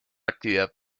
actividad